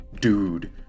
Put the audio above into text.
dude